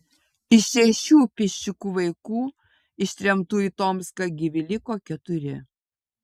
iš šešių piščikų vaikų ištremtų į tomską gyvi liko keturi